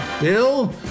Bill